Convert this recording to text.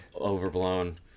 overblown